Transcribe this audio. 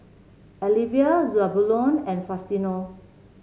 Alivia Zebulon and Faustino